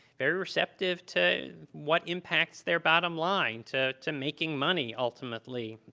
very receptive to what impacts their bottom line, to to making money, ultimately.